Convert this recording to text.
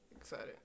excited